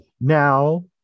now